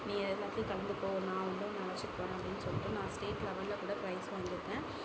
நீ எல்லாத்துலையும் கலந்துக்கோ நான் வந்து உன்னை அழைச்சிட் போகறேன் அப்படின் சொல்லிட்டு நான் ஸ்டேட் லெவலில் கூட பிரைஸ் வாங்கி இருக்கேன்